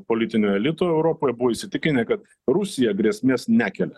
politinio elito europoje buvo įsitikinę kad rusija grėsmės nekelia